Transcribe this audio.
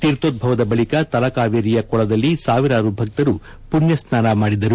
ತೀರ್ಥೋದ್ಬವದ ಬಳಿಕ ತಲಕಾವೇರಿಯ ಕೊಳದಲ್ಲಿ ಸಾವಿರಾರು ಭಕ್ತರು ಪುಣ್ಯ ಸ್ನಾನ ಮಾಡಿದರು